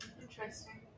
Interesting